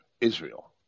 Israel